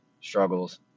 struggles